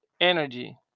energy